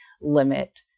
limit